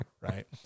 Right